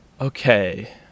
Okay